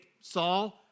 Saul